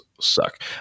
suck